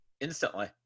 Instantly